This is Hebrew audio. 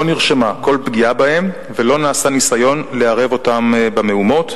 לא נרשמה כל פגיעה בהם ולא נעשה ניסיון לערב אותם במהומות.